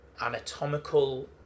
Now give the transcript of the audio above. anatomical